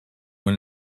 when